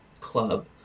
club